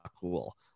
cool